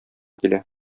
килә